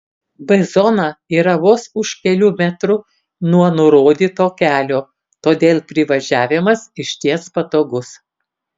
b zona yra vos už kelių metrų nuo nurodyto kelio todėl privažiavimas išties patogus